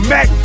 Mac